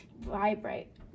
vibrate